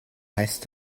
heißt